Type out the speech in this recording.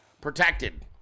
protected